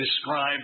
describe